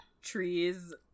trees